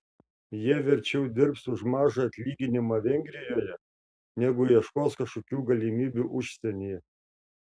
jie verčiau dirbs už mažą atlyginimą vengrijoje negu ieškos kažkokių galimybių užsienyje